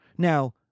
Now